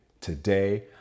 today